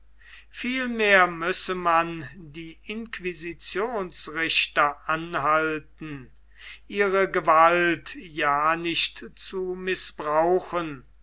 vielmehr müsse man die inquisitionsrichter anhalten ihre gewalt ja nicht zu mißbrauchen